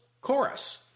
chorus